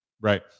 Right